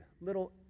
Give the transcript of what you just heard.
little